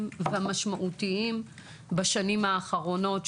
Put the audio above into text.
ומשמעותיים שאני קראתי בשנים האחרונות,